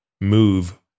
move